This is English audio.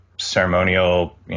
ceremonial